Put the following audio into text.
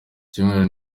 cyumweru